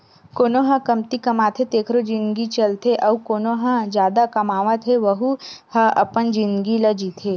कोनो ह कमती कमाथे तेखरो जिनगी चलथे अउ कोना ह जादा कमावत हे वहूँ ह अपन जिनगी ल जीथे